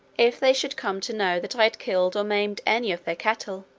if they should come to know that i had killed or maimed any of their cattle.